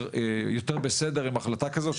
יותר בסדר עם החלטה כזו.